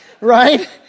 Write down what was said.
Right